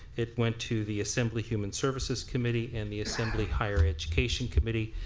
it went to the assembly human services committee and the assembly higher education committee.